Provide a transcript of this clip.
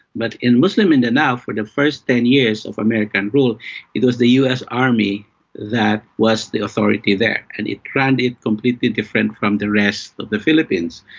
but in muslim mindanao, for the first ten years of american rule it was the us army that was the authority there, and it ran it completely different from the rest of the philippines.